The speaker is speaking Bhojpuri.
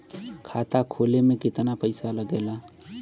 खाता खोले में कितना पैसा लगेला?